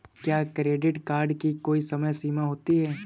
क्या credit card की कोई समय सीमा होती है?